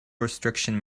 restriction